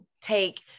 take